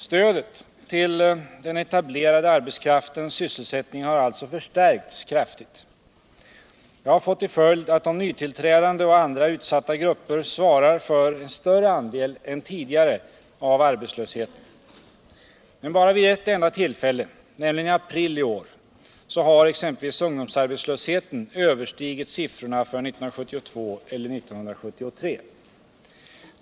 Stödet till den etablerade arbetskraftens sysselsättning har alltså förstärkts kraftigt. Det har fått till följd att de nytillträdande och andra utsatta grupper svarar för en större andel än tidigare av arbetslösheten. Men bara vid ett enda tillfälle, nämligen i april i år, har ungdomsarbetslösheten överstigit siffrorna från 1972 eller 1973.